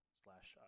slash